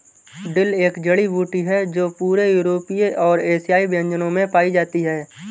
dill एक जड़ी बूटी है जो पूरे यूरोपीय और एशियाई व्यंजनों में पाई जाती है